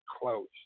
close